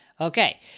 Okay